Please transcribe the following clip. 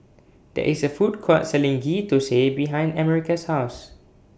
There IS A Food Court Selling Ghee Thosai behind America's House